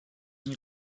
une